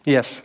Yes